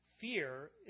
fear